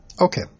Okay